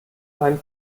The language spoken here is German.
beim